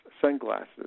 sunglasses